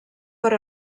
per